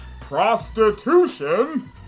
prostitution